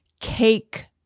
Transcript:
cake